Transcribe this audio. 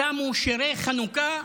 שמו שירי חנוכה